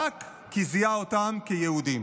רק כי זיהה אותם כיהודים.